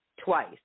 twice